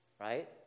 Right